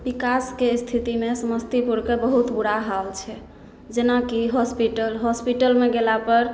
विकासके स्थितिमे समस्तीपुरके बहुत बुरा हाल छै जेनाकि हॉस्पिटल हॉस्पिटलमे गेला पर